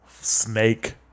Snake